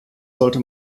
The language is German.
sollte